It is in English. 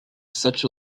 such